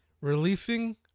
Releasing